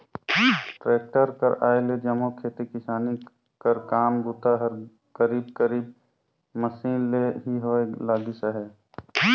tractor कर आए ले जम्मो खेती किसानी कर काम बूता हर करीब करीब मसीन ले ही होए लगिस अहे